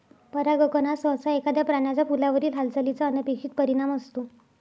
परागकण हा सहसा एखाद्या प्राण्याचा फुलावरील हालचालीचा अनपेक्षित परिणाम असतो